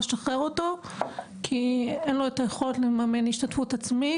לשחרר אותו כי אין לו את היכולת לממן השתתפות עצמית.